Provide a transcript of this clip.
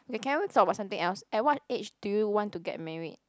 can we talk about something else at what age do you want to get married